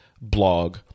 blog